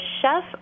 chef